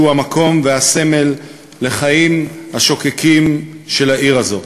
שהוא המקום והסמל לחיים השוקקים של העיר הזאת.